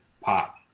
pop